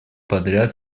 подряд